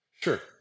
Sure